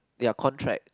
ya contract